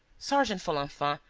sergeant folenfant,